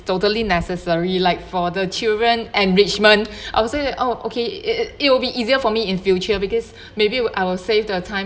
totally necessary like for the children enrichment I would say that oh okay it it will be easier for me in future because maybe I will save the time